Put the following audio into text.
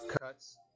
cuts